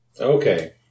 Okay